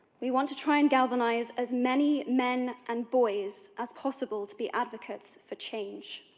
we want to try and galvanize as many men and boys as possible to be advocates for change.